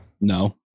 no